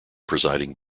presiding